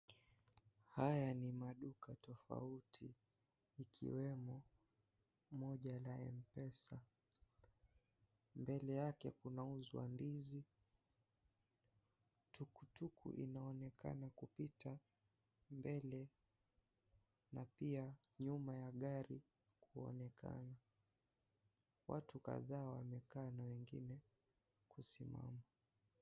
Haya ni maduka tofauti ikiwemo moja la (cs)M-pesa(cs).Mbele yake kunauzwa ndizi, tukutuku inaonekana kupita mbele na pia nyuma ya gari kuonekana. Watu kadhaa wanaonekana kusimama.